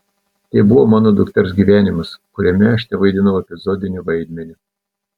tai buvo mano dukters gyvenimas kuriame aš tevaidinau epizodinį vaidmenį